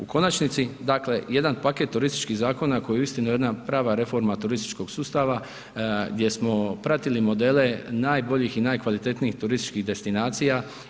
U konačnici dakle jedan paket turističkih zakona koji je uistinu jedna prava reforma turističkog sustava gdje smo pratili modele najboljih i najkvalitetnijih turističkih destinacija.